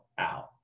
out